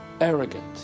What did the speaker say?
arrogant